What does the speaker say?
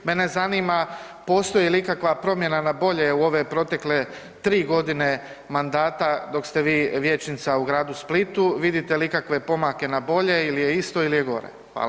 Mene zanima postoji li ikakva promjena na bolje u ove protekle 3 godine mandata dok ste vi vijećnica u gradu Splitu, vidite li ikakve pomake na bolje ili je isto ili je gore?